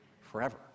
forever